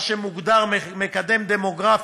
מה שמוגדר "מקדם דמוגרפי",